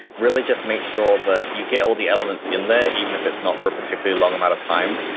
really just make sure that you get all the elements in there even if it's not for a particularly long amount of time.